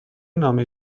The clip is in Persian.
نامه